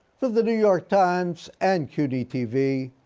for the new york times and cuny-tv,